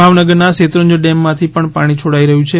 ભાવનગર ના શેત્રુંજી ડેમ માથી પણ પાણી છોડાઈ રહ્યું છે